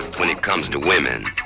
when it comes to women,